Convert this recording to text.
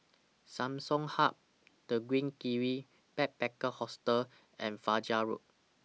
Samsung Hub The Green Kiwi Backpacker Hostel and Fajar Road